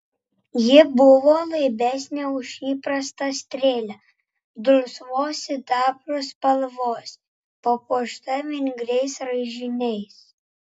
ji buvo laibesnė už įprastą strėlę dulsvos sidabro spalvos papuošta vingriais raižiniais